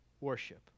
worship